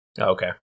Okay